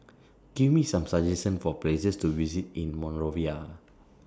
Give Me Some suggestions For Places to visit in Monrovia